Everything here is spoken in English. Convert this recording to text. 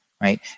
Right